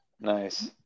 Nice